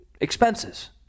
Expenses